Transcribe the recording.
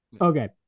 Okay